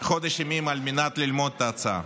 חודש ימים על מנת ללמוד את ההצעה.